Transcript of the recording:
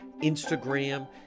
instagram